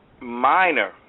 minor